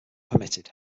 permitted